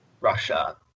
Russia